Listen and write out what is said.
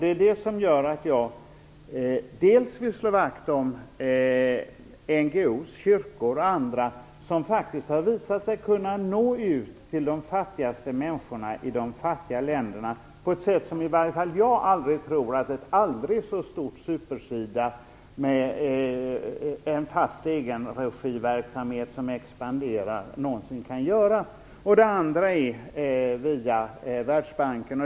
Det är det som gör att jag bl.a. vill slå vakt om NGO:s kyrkor, som faktiskt har visat sig kunna nå ut till de fattigaste människorna i de fattiga länderna. Det har skett på ett sätt som jag tror ett aldrig så stort super-SIDA med en fast egenregiverksamhet som expanderar någonsin kan göra. Vidare har vi Världsbanken.